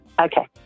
Okay